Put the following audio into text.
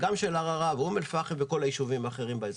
גם של ערערה ושל אום-אל-פאחם וכל היישובים האחרים באזור.